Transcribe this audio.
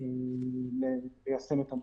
ליישם אותו.